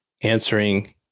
answering